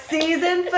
Season